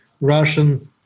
russian